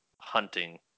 hunting